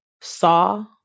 saw